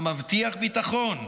המבטיח ביטחון,